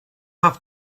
have